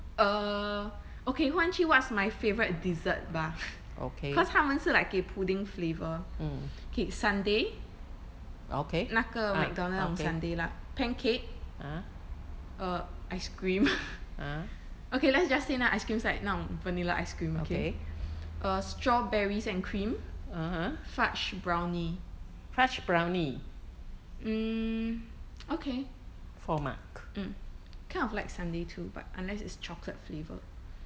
err okay 换去 what's my favourite dessert bah cause 他们是 like 给 pudding flavour okay sundae 那个 mcdonald 的那种 sundae lah pancake err ice-cream okay let's just say 那 ice-cream is like 那种 vanilla ice-cream okay uh strawberries and cream fudge brownie mm okay kind of like sundae too but unless is chocolate flavour